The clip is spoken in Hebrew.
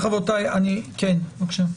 בבקשה.